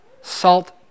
Salt